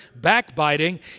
backbiting